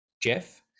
Jeff